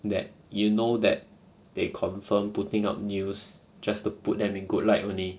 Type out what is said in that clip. that you know that they confirm putting up news just to put them in good light only